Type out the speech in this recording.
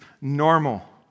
normal